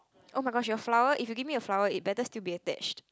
oh-my-god she was flower and you give me a flower it better still be attached